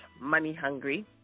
money-hungry